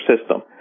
system